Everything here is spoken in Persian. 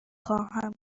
خواهم